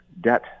debt